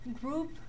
group